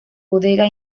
bodega